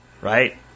right